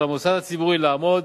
על המוסד הציבורי לעמוד